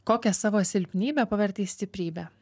kokią savo silpnybę pavertei stiprybe